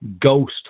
Ghost